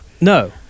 No